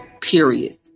period